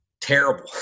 terrible